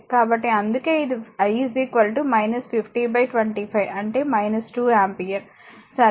కాబట్టి అందుకే ఇది i 50 25 అంటే 2 ఆంపియర్ సరే